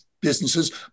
Businesses